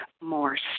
more